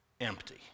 empty